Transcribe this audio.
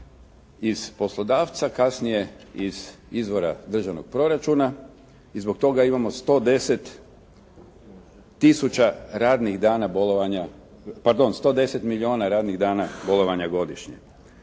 iz poslodavca, kasnije iz izvora državnog proračuna i zbog toga imamo 110 tisuća radnih dana bolovanja, pardon,